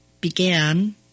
began